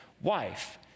wife